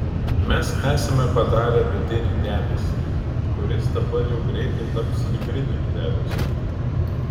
mes esame padarę vidinį debesį kuris dabar jau greitai taps hibridiniu debesiu